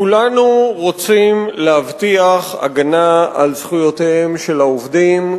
כולנו רוצים להבטיח הגנה על זכויותיהם של העובדים,